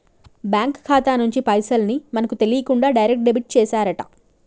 bank ఖాతా నుంచి పైసల్ ని మనకు తెలియకుండా డైరెక్ట్ డెబిట్ చేశారట